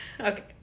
Okay